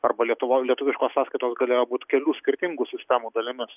arba lietuvoj lietuviškos sąskaitos galėjo būt kelių skirtingų sistemų dalimis